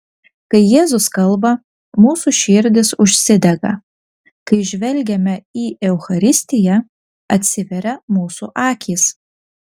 kai jėzus kalba mūsų širdys užsidega kai žvelgiame į eucharistiją atsiveria mūsų akys